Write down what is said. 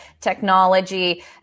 technology